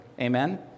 amen